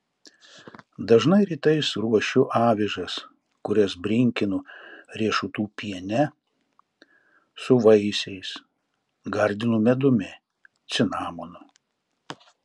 dažnai rytais ruošiu avižas kurias brinkinu riešutų piene su vaisiais gardinu medumi cinamonu